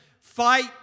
fight